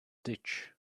ditch